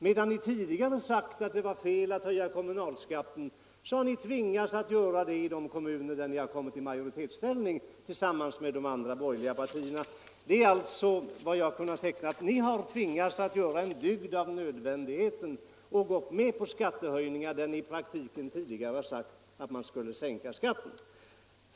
Medan ni tidigare sagt att det var fel att höja kommunalskatten så har ni tvingats att göra det i de kommuner där ni har kommit i majoritetsställning tillsammans med de andra borgerliga partierna. Ni har alltså tvingats att göra en dygd av nödvändigheten och gått med på skattehöjningar där ni i praktiken tidigare sagt att man skulle sänka skatten.